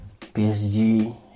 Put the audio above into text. psg